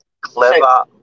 Clever